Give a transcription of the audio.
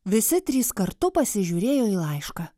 visi trys kartu pasižiūrėjo į laišką